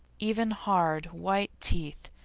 even, hard, white teeth,